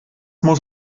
muss